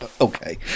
Okay